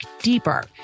deeper